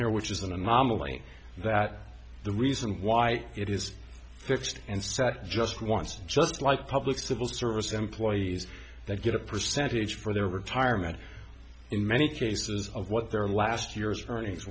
here which is an anomaly that the reason why it is fixed and so i just want just like public civil service employees that get a percentage for their retirement in many cases of what their last year's earnings